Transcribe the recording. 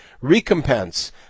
recompense